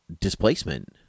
displacement